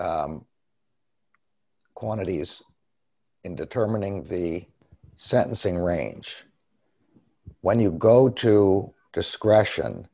quantities in determining the sentencing range when you go to discretion